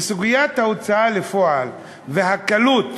וסוגיית ההוצאה לפועל, והקלות